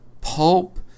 pulp